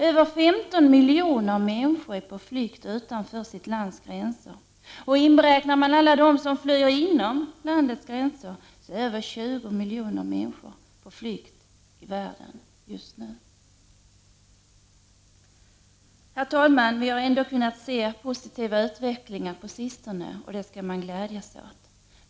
Över 15 miljoner människor är på flykt utanför sitt lands gränser, och räknar man in alla dem som flyr inom landets gränser är över 20 miljoner människor på flykt i världen just nu. Herr talman! Vi har ändå kunnat se en positiv utveckling på sistone, och det skall man glädja sig över.